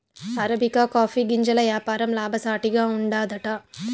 arabica coffee గింజల యాపారం లాభసాటిగా ఉండాదట